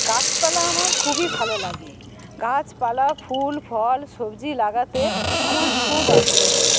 গাছপালা আমার খুবই ভালো লাগে গাছপালা ফুল ফল সবজি লাগাতে আমার খুব আগ্রহ